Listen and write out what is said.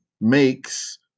makes